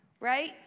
right